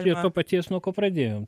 prie to paties nuo ko pradėjom